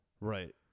Right